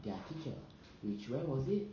their teacher which when was it